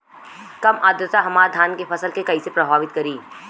कम आद्रता हमार धान के फसल के कइसे प्रभावित करी?